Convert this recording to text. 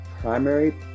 primary